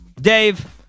Dave